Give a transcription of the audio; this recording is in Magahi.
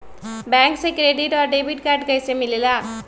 बैंक से क्रेडिट और डेबिट कार्ड कैसी मिलेला?